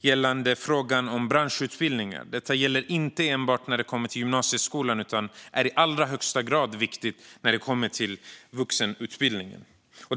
gällande frågan om branschutbildningar. Detta gäller inte enbart när det kommer till gymnasieskolan, utan det är i allra högsta grad viktigt när det kommer till vuxenutbildningen.